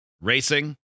Racing